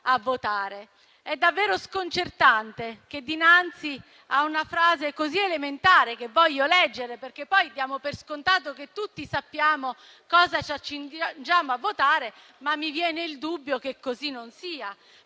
a votare. Ciò è davvero sconcertante dinanzi a una frase così elementare, che voglio leggere, perché poi diamo per scontato che tutti sappiamo cosa ci accingiamo a votare, ma mi viene il dubbio che così non sia.